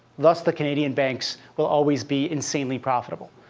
thus, the canadian banks will always be insanely profitable,